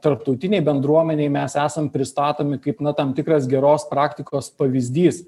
tarptautinėj bendruomenėj mes esam pristatomi kaip na tam tikras geros praktikos pavyzdys